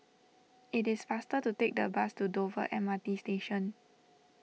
it is faster to take the bus to Dover M R T Station